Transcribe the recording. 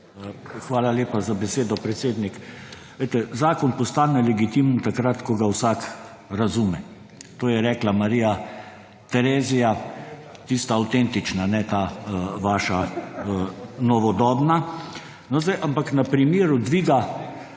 Hvala lepa za besedo, predsednik. Zakon postane legitimen takrat, ko ga vsak razume. To je rekla Marija Terezija, tista avtentična, ne ta vaša novodobna. Ampak na primeru dviga